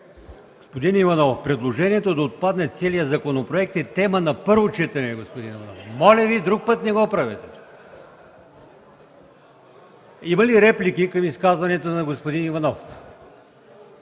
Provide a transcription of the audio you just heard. Господин Иванов, предложението да отпадне целият законопроект е тема за първо четене. Моля Ви, друг път не го правете! Има ли реплики към изказването на господин Иванов?